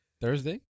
Thursday